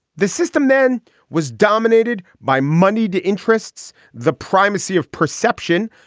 this system then was dominated by moneyed interests. the primacy of perception,